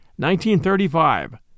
1935